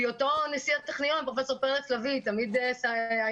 בהיותו נשיא הטכניון פרופ' פרץ לביא תמיד היה